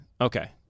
Okay